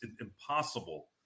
impossible